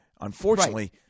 Unfortunately